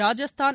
Rajasthan